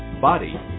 body